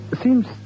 Seems